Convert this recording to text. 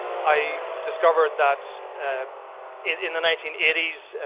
i discovered that in the nineteen eighty s,